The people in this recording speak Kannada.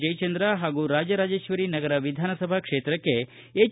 ಜಯಚಂದ್ರ ಹಾಗೂ ರಾಜರಾಜೇಶ್ವರಿ ನಗರ ವಿಧಾನಸಭಾ ಕ್ಷೇತ್ರಕ್ಷೆ ಹೆಚ್